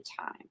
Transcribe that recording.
time